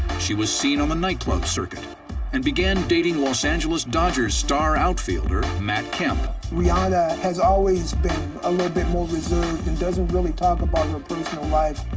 she was seen on the nightclub circuit and began dating los angeles dodgers star outfielder matt kemp. rihanna has always been a little bit more reserved and doesn't really talk about her personal life.